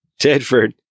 Tedford